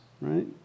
right